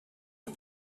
had